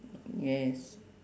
yes